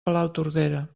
palautordera